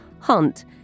Hunt